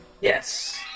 Yes